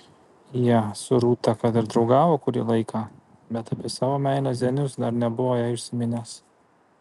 jie su rūta kad ir draugavo kurį laiką bet apie savo meilę zenius dar nebuvo jai užsiminęs